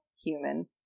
Human